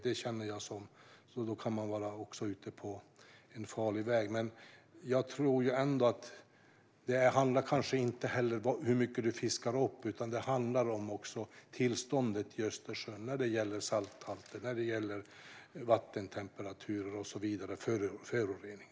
Men det handlar kanske ändå inte bara om hur mycket som fiskas upp, utan det handlar också om tillståndet i Östersjön. Det gäller salthalten, vattentemperaturer, föroreningar och så vidare.